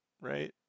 right